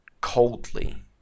coldly